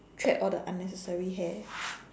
thread all the unnecessary hair